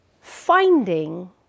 finding